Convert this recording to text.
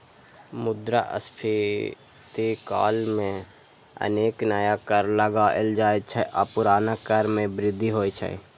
मुद्रास्फीति काल मे अनेक नया कर लगाएल जाइ छै आ पुरना कर मे वृद्धि होइ छै